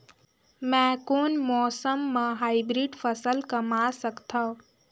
मै कोन मौसम म हाईब्रिड फसल कमा सकथव?